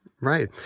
right